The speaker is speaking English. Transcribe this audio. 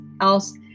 else